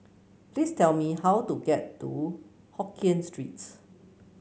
please tell me how to get to Hokien Streets